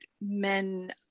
men